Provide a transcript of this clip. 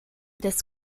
des